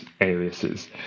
aliases